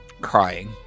crying